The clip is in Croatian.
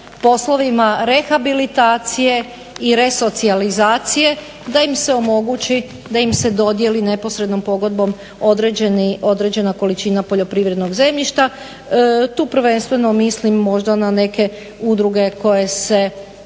poslovima rehabilitacije i resocijalizacije da im se omogući, da im se dodijeli neposrednom pogodbom određena količina poljoprivrednog zemljišta. Tu prvenstveno mislim možda na neke udruge koje se